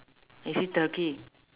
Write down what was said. is it turkey